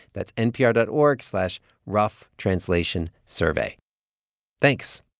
that's npr dot org slash roughtranslationsurvey. thanks.